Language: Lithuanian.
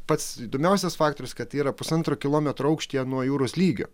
pats įdomiausias faktorius kad yra pusantro kilometro aukštyje nuo jūros lygio